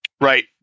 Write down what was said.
Right